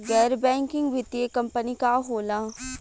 गैर बैकिंग वित्तीय कंपनी का होला?